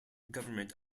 government